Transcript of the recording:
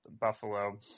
Buffalo